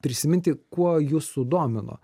prisiminti kuo jus sudomino